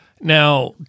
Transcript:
Now